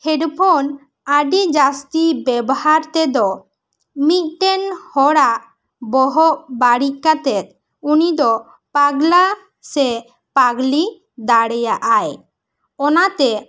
headphone ᱟᱹᱰᱤ ᱡᱟᱹᱥᱛᱤ ᱵᱮᱵᱽᱦᱟᱨ ᱛᱮᱫᱚ ᱢᱤᱫ ᱴᱮᱱ ᱦᱚᱲᱟᱜ ᱵᱚᱦᱚᱜ ᱵᱟᱹᱲᱤᱡ ᱠᱟᱛᱮᱜ ᱩᱱᱤ ᱫᱚ ᱯᱟᱜᱽᱨᱟ ᱥᱮ ᱯᱟᱹᱜᱽᱞᱤ ᱫᱟᱲᱮᱭᱟᱜᱼᱟᱭ ᱚᱱᱟᱛᱮ